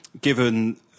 given